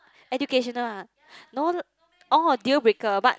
educational ah no oh duplicate but